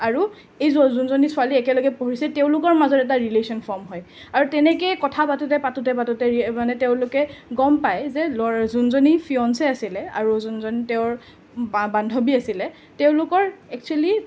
আৰু এই যো যোনজনী ছোৱালী একেলগে পঢ়িছে তেওঁলোকৰ মাজত এটা ৰিলেশ্ব্যন ফৰ্ম হয় আৰু তেনেকেই কথা পাতোঁতে পাতোঁতে পাতোঁতে মানে তেওঁলোকে গম পায় যে ল'ৰা যোনজনী ফিয়ঞ্চী আছিলে আৰু যোনজনী তেওঁৰ বা বান্ধৱী আছিলে তেওঁলোকৰ এক্সোৱেলি